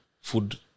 food